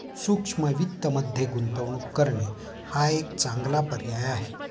सूक्ष्म वित्तमध्ये गुंतवणूक करणे हा एक चांगला पर्याय आहे